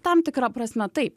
tam tikra prasme taip